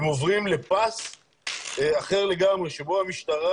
הם עוברים לפס אחר לגמרי שבו המשטרה